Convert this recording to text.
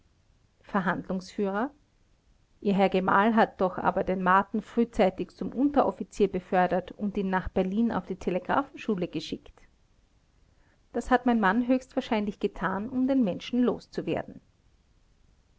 verhandlungsführer ihr herr gemahl hat doch aber den marten frühzeitig zum unteroffizier befördert und ihn nach berlin auf die telegraphenschule geschickt das hat mein mann höchstwahrscheinlich getan um den menschen